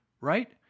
right